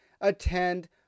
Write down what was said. attend